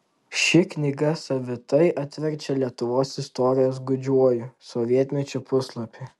ši knyga savitai atverčia lietuvos istorijos gūdžiuoju sovietmečiu puslapį